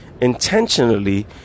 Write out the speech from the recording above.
intentionally